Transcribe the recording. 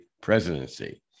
presidency